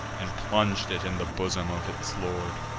and plung'd it in the bosom of its lord.